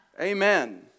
Amen